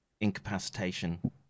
incapacitation